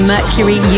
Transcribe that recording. Mercury